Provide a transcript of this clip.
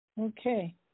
Okay